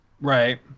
Right